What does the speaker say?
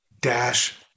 dash